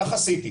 כך עשיתי.